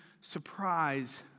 surprise